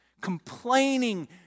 complaining